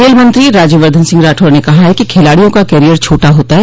खेल मंत्री राज्यवर्द्वन सिंह राठौड़ ने कहा है कि खिलाड़ियों का करियर छोटा होता है